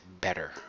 better